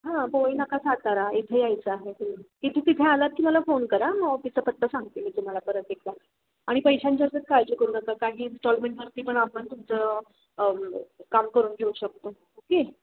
हां पोवई नाका सातारा इथे यायचं आहे की तू तिथं आलात की मला फोन करा मग ऑफिसचा पत्ता सांगते मी तुम्हाला परत एकदा आणि पैशांची काळजी करू नका काही इंस्टॉलमेंटवरती पण आपण तुमचं काम करून घेऊ शकतो ओके